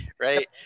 right